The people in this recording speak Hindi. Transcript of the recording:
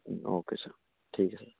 ओके सर ठीक है